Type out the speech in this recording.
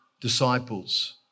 disciples